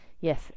Yes